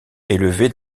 élevées